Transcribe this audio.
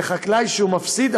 וחקלאי שמפסיד,